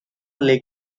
lake